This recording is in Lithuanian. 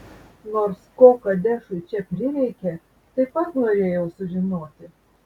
nors ko kadešui čia prireikė taip pat norėjau sužinoti